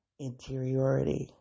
Interiority